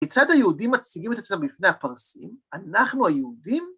כיצד היהודים מציגים את עצמם לפני הפרסים, אנחנו היהודים